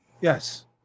Yes